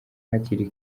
hakiri